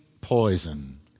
poison